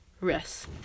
rest